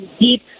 deep